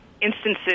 instances